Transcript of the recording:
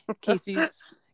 Casey's